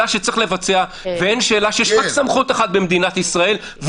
שצריך לבצע ואין שאלה שיש רק סמכות אחת במדינת ישראל,